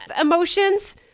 emotions